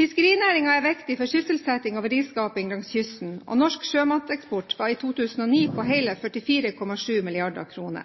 er viktig for sysselsetting og verdiskaping langs kysten, og norsk sjømateksport var i 2009 på hele 44,7 mrd. kr.